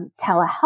telehealth